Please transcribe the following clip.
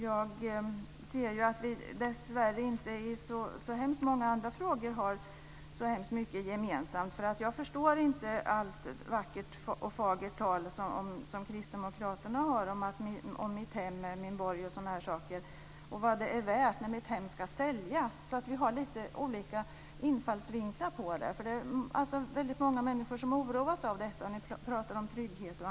Jag ser att vi dessvärre inte har så mycket gemensamt i så många andra frågor. Jag förstår inte allt vackert och fagert tal från Kristdemokraterna om att mitt hem är min borg, och liknande, och vad det är värt när mitt hem ska säljas. Vi har lite olika infallsvinklar. Många människor oroas av detta. Ni pratar om trygghet.